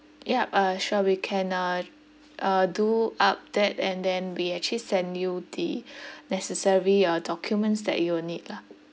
yup uh sure we can uh uh do up that and then we actually send you the necessary uh documents that you will need lah